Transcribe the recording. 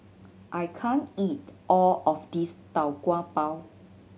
I can't eat all of this Tau Kwa Pau